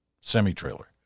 semi-trailer